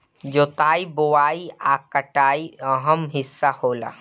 जोताई बोआई आ कटाई अहम् हिस्सा होला